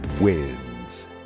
wins